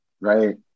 right